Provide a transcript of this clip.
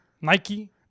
Nike